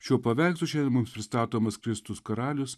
šiuo paveikslu šiandien mums pristatomas kristus karalius